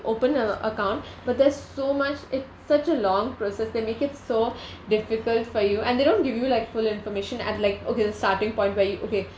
open a account but there's so much it's such a long process they make it so difficult for you and they don't give you like full information at like okay the starting point where you okay